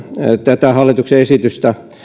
tätä hallituksen esitystä